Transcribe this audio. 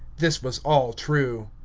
this was all true.